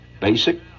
Basic